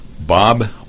Bob